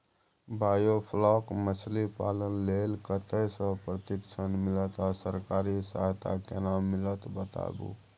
Biofloc मछलीपालन लेल कतय स प्रशिक्षण मिलत आ सरकारी सहायता केना मिलत बताबू?